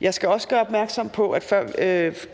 Jeg skal også gøre opmærksom på,